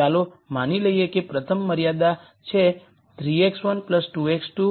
ચાલો માની લઈએ કે પ્રથમ મર્યાદા છે 3 x1 2 x2